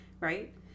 right